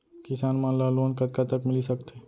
किसान मन ला लोन कतका तक मिलिस सकथे?